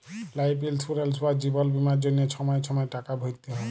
life insurance বা জিবল বীমার জ্যনহে ছময় ছময় টাকা ভ্যরতে হ্যয়